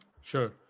Sure